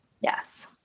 Yes